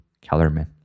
Kellerman